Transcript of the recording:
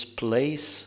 place